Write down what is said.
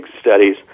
studies